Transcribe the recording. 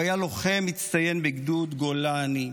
הוא היה לוחם מצטיין בגדוד גולני,